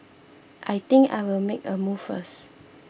I think I'll make a move first